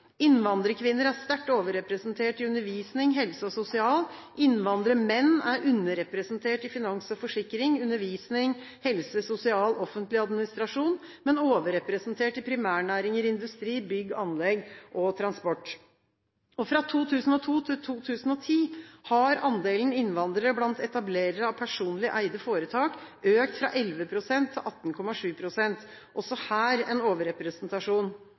Innvandrerkvinner er sterkt overrepresentert i undervisning, helse og sosial. Innvandrermenn er underrepresentert i finans og forsikring, undervisning, helse og sosial, offentlig administrasjon, men overrepresentert i primærnæringer, industri, bygg, anlegg og transport. Fra 2002 til 2010 har andelen innvandrere av etablerere blant personlig eide foretak økt fra 11 pst. til 18,7 pst. – også her en overrepresentasjon.